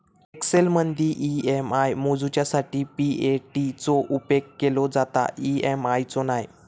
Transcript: एक्सेलमदी ई.एम.आय मोजूच्यासाठी P A उपेग केलो जाता, ई.एम.आय चो नाय